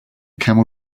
camel